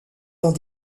dans